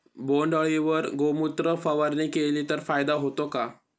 बोंडअळीवर गोमूत्र फवारणी केली तर फायदा होतो का?